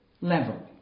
level